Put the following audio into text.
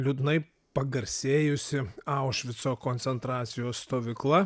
liūdnai pagarsėjusi aušvico koncentracijos stovykla